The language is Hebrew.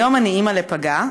היום אני אימא לפגה,